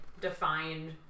defined